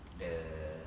the